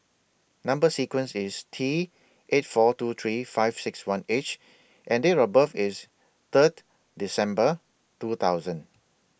Number sequence IS T eight four two three five six one H and Date of birth IS Third December two thousand